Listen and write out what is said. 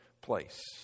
place